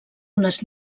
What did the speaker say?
unes